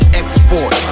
export